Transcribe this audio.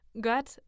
God